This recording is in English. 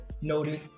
noted